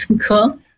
cool